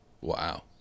Wow